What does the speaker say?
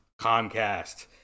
Comcast